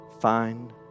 find